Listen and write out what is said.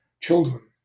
children